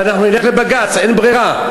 ואנחנו נלך לבג"ץ, אין ברירה.